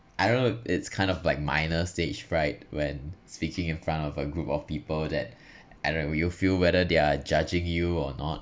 I don't know it's kind of like minor stage fright when speaking in front of a group of people that I don't know would you feel whether they're judging you or not